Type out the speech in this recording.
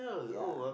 ya